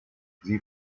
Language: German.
sie